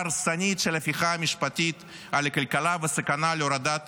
ההרסנית של ההפיכה המשפטית על הכלכלה והסכנה להורדת